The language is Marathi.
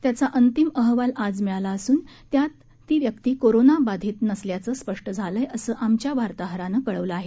त्याचा अंतिम अहवाल आज मिळाला असून त्यात तो कोरोना बाधित नसल्याचं स्पष्ट झालंय असं आमच्या वार्ताहरानं कळवलं आहे